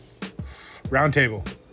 Roundtable